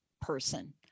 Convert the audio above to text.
person